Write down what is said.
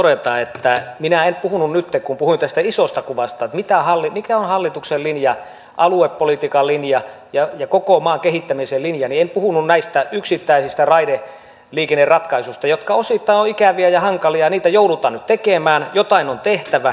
haluan edustaja lindtmanille todeta että nytten kun puhuin tästä isosta kuvasta että mikä on hallituksen aluepolitiikan linja ja koko maan kehittämisen linja niin en puhunut näistä yksittäisistä raideliikenneratkaisuista jotka osittain ovat ikäviä ja hankalia niitä joudutaan nyt tekemään jotain on tehtävä